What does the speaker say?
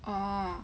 orh